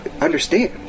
understand